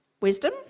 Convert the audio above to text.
wisdom